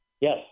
Yes